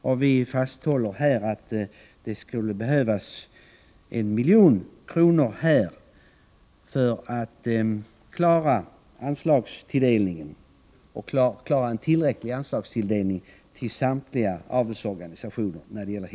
Vi håller fast vid att det skulle behövas 1 milj.kr. för att klara en tillräcklig anslagstilldelning till samtliga avelsorganisationer för hästar.